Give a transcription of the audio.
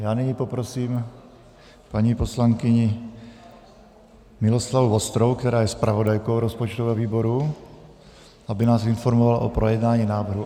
Nyní poprosím paní poslankyni Miloslavu Vostrou, která je zpravodajkou rozpočtového výboru, aby nás informovala o projednání návrhu...